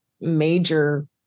major